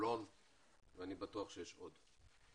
בחולון ואני בטוח שיש עוד.